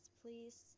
please